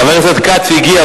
חבר הכנסת כץ הגיע,